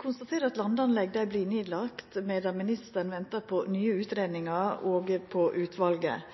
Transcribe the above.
konstaterer at landanlegg vert lagde ned, medan ministeren ventar på nye utgreiingar og på utvalet.